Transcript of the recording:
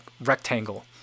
rectangle